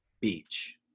beach